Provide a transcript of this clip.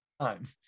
time